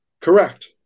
Correct